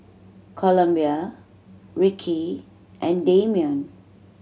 Columbia Rickie and Dameon